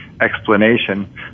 explanation